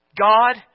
God